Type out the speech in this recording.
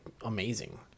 amazing